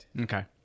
Okay